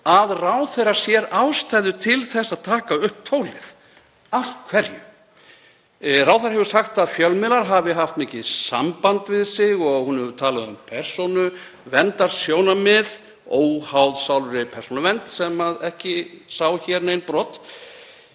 að ráðherra sér ástæðu til að taka upp tólið. Af hverju? Ráðherra hefur sagt að fjölmiðlar hafi mikið haft samband við sig og hún hefur talað um persónuverndarsjónarmið, óháð áliti Persónuverndar sem ekki sá hér nein brot.